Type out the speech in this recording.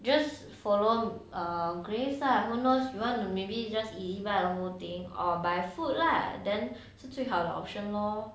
just follow err grace lah who knows you want you maybe you just ezbuy the whole thing or buy food lah then 是最好的 option lor